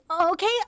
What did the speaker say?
okay